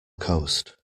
coast